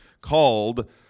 called